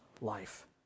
life